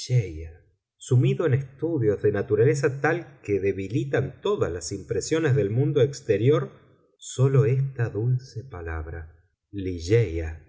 sumido en estudios de naturaleza tal que debilitan todas las impresiones del mundo exterior sólo esta dulce palabra